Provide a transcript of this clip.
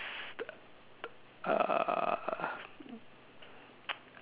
uh